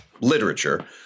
literature